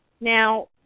Now